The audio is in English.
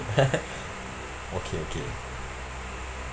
okay okay